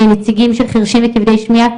נציגים של חרשים וכבדי שמיעה,